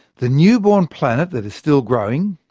the newborn planet that is still growing,